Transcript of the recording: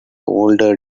other